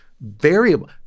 variable